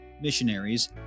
missionaries